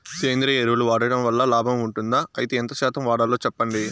సేంద్రియ ఎరువులు వాడడం వల్ల లాభం ఉంటుందా? అయితే ఎంత శాతం వాడాలో చెప్పండి?